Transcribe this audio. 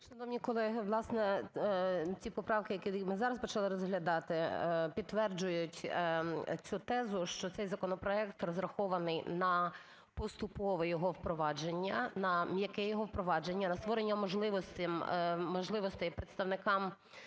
Шановні колеги, власне, ці поправки, які ми зараз почали розглядати, підтверджують цю тезу, що цей законопроект розрахований на поступове його впровадження, на м'яке його впровадження, на створення можливостей представникам